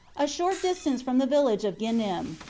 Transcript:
a short distance from the village of ghinim,